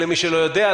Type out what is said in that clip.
למי שלא יודע,